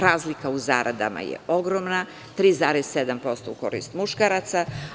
Razlika u zaradama je ogromna, 3,7% u korist muškaraca.